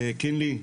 קינלי,